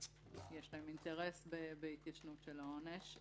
להם אינטרס בהתיישנות העונש.